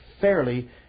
Fairly